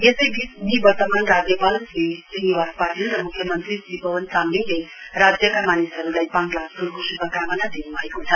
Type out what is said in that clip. यसैवीच निवर्तमान राज्यपाल श्री श्रीनिवास पाटिल र मुख्यमन्त्री श्री पवन चामलिङले राज्यका मानिसहरुलाई पाङ लाब्सोलको शुभकामना दिनुभएको छ